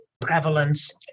prevalence